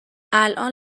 الان